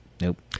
Nope